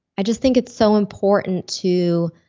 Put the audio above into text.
i just think it's so important to.